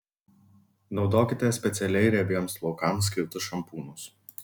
naudokite specialiai riebiems plaukams skirtus šampūnus